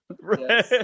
Right